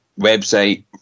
website